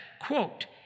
quote